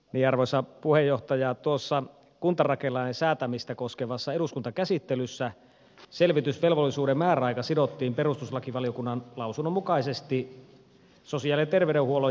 järvessä puheenjohtaja tuossa kun tarkelansäätämistä koskevassa eduskuntakäsittelyssä selvitysvelvollisuuden määräaika sidottiin perustuslakivaliokunnan lausunnon mukaisesti sosiaali ja terveydenhuollon järjestämislain hyväksymiseen